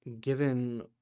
given